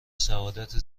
سعادت